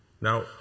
Now